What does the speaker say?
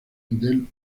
del